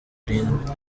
irindwi